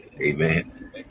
Amen